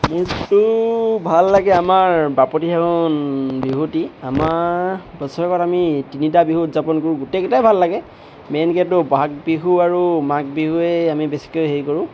মোৰতো ভাল লাগে আমাৰ বাপতিসাহোন বিহুটি আমাৰ বছৰেকত আমি তিনিটা বিহু উদযাপন কৰোঁ গোটেইকেইটাই ভাল লাগে মেইনকেতো বহাগ বিহু আৰু মাঘ বিহুৱে আমি বেছিকৈ হেৰি কৰোঁ